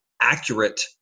accurate